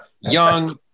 young